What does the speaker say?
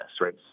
right